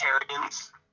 vegetarians